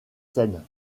scène